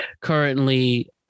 Currently